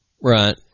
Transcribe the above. Right